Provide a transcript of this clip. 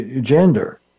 gender